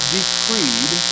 decreed